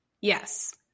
Yes